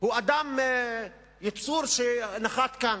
הוא יצור שנחת כאן.